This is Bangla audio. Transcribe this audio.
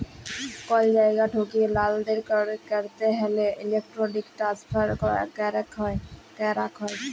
কল জায়গা ঠেকিয়ে লালদেল ক্যরতে হ্যলে ইলেক্ট্রনিক ট্রান্সফার ক্যরাক হ্যয়